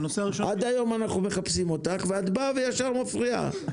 עד היום אנחנו מחפשים אותך ואת באה וישר מפריעה.